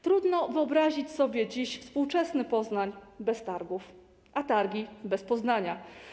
Trudno wyobrazić sobie dziś współczesny Poznań bez targów, a targi bez Poznania.